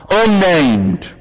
unnamed